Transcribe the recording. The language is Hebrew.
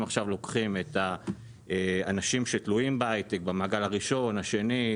אם עכשיו לוקחים את האנשים שתלויים בהייטק במעגל הראשון והשני,